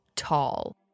tall